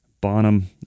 Bonham